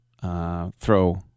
throw